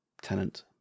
tenant